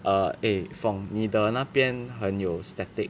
err eh from 你的那边很有 static